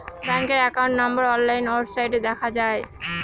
ব্যাঙ্কের account number online ওয়েবসাইটে দেখা যায়